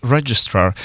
Registrar